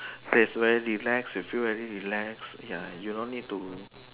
that's where relax you feel very relax ya you don't need to